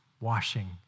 washing